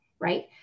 Right